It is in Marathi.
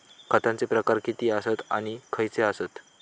खतांचे प्रकार किती आसत आणि खैचे आसत?